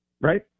right